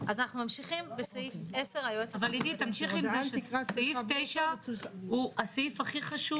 אבל תמשיכי עם זה שסעיף 9 הוא הסעיף הכי חשוב.